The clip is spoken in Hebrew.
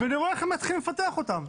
ואני רואה איך הם מתחילים לפתח אותם,